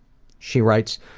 she writes,